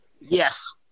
Yes